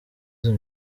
izo